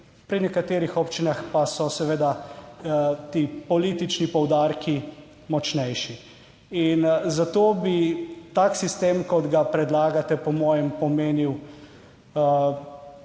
Pri nekaterih občinah pa so seveda ti politični poudarki močnejši. Zato bi tak sistem, kot ga predlagate, po mojem pomenil